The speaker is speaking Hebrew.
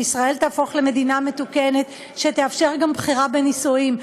שישראל תהפוך למדינה מתוקנת שתאפשר גם בחירה בנישואים.